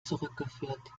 zurückgeführt